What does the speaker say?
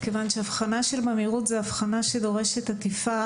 כיוון שאבחנה של ממאירות היא אבחנה שדורשת עטיפה